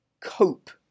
cope